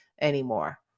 anymore